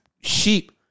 sheep